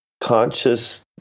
conscious